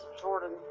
Jordan